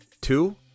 two